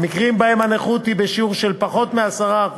במקרים שבהם הנכות היא בשיעור של פחות מ-10%,